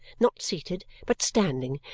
not seated, but standing,